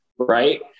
Right